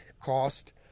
cost